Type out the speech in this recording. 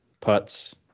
Putts